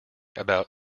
about